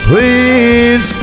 Please